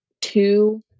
two